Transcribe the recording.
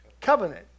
covenant